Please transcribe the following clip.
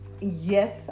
yes